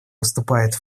выступает